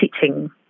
teaching